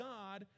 God